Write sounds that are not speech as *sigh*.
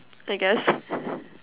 I guess *laughs*